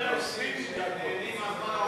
20 דקות דיבור.